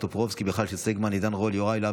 בועז טופורובסקי,